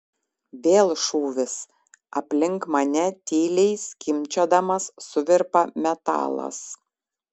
vėl šūvis aplink mane tyliai skimbčiodamas suvirpa metalas